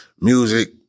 Music